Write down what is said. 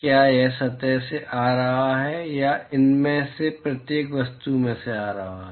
क्या यह सतह से आ रहा है या यह इनमें से प्रत्येक वस्तु से आ रहा है